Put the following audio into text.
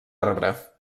arbre